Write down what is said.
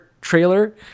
trailer